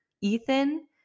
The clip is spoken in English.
Ethan